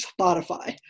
Spotify